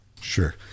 Sure